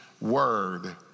word